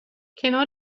کنار